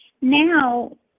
now